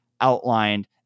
outlined